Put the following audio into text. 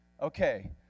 Okay